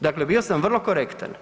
Dakle, bio sam vrlo korektan.